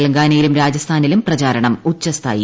തെലങ്കാനയിലും രാജസ്ഥാനിലും പ്രചാരണം ഉച്ഛസ്ഥായിയിൽ